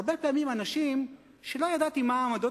הרבה פעמים אנשים שלא ידעתי מה העמדות